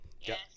Yes